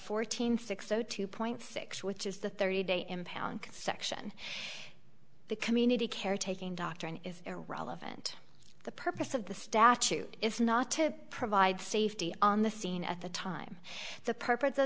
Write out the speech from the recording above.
fourteenth six o two point six with just the thirty day impound section the community care taking doctrine is irrelevant the purpose of the statute is not to provide safety on the scene at the time the purpose of